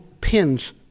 pins